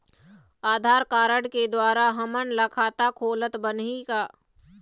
आधार card के द्वारा हमन ला खाता खोलत बनही का?